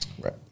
Right